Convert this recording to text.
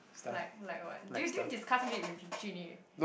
like like what do you do you discuss lit with Jun-Yi